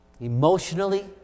Emotionally